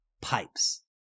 pipes